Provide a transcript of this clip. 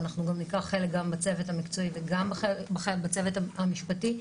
ואנחנו גם ניקח חלק בצוות המקצועי וגם בצוות המשפטי.